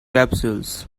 capsules